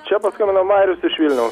čia paskambino marius iš vilniaus